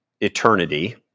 eternity